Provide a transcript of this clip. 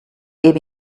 gebe